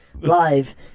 live